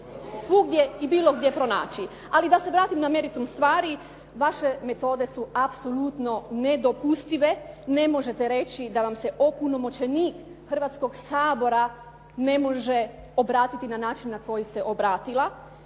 svugdje i bilo gdje pronaći. Ali da se vratim na meritum stvari, vaše metode su apsolutne nedopustive, ne možete reći da vam se opunomoćenik Hrvatskoga sabora ne može obratiti na način na koji se obratila.